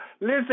Listen